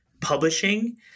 publishing